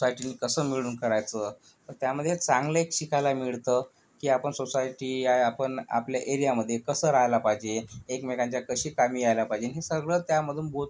सोसायटीनी कसं मिळून करायचं तर त्यामध्ये चांगलेच शिकायला मिळतं की आपण सोसायटी आहे आपण आपल्या एरियामध्ये कसं राहायला पाहिजे एकमेकांच्या कसे कामी यायला पाहिजेन हे सगळं त्यामधून बोध